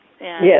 Yes